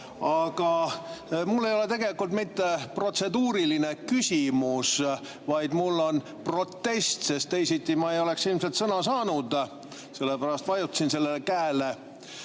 aga mul ei ole tegelikult mitte protseduuriline küsimus, vaid mul on protest, sest teisiti ma ei oleks ilmselt sõna saanud. Sellepärast vajutasin sellele käele.